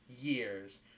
years